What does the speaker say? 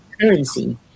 currency